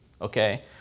Okay